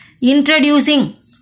introducing